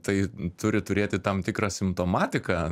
tai turi turėti tam tikrą simptomatiką